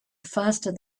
faster